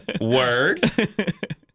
Word